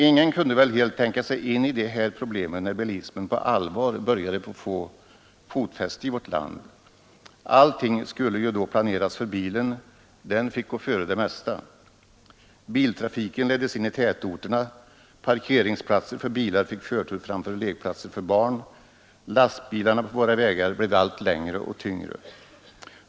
Ingen kunde väl helt tänka sig in i de här problemen när bilismen på allvar började få fotfäste i vårt land. Allting skulle ju då planeras för bilen — den fick gå före det mesta. Biltrafiken leddes in i tätorterna, parkeringsplatser för bilar fick förtur framför lekplatser för barn, lastbilarna på våra vägar blev allt längre och tyngre.